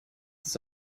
das